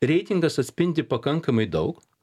reitingas atspindi pakankamai daug